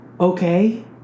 Okay